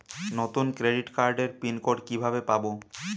নতুন ক্রেডিট কার্ডের pin code কিভাবে পাব?